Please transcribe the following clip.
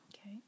Okay